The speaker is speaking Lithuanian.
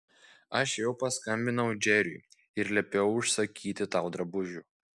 aš jau paskambinau džeriui ir liepiau užsakyti tau drabužių